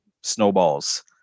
snowballs